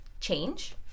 change